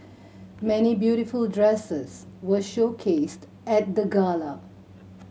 many beautiful dresses were showcased at the gala